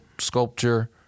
Sculpture